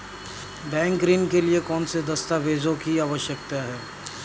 Bank ऋण के लिए कौन से दस्तावेजों की आवश्यकता है?